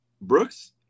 brooks